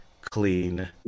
clean